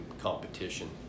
competition